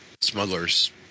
smugglers